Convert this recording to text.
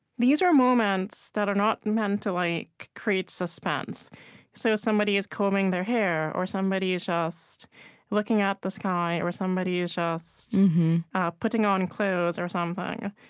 these are moments that are not meant to like create suspense so somebody is combing their hair, or somebody is just looking at the sky, or somebody is just putting on clothes or something.